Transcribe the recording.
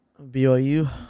BYU